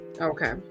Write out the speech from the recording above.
Okay